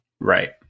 Right